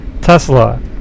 Tesla